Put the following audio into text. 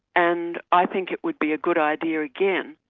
and i think it would be a good idea again,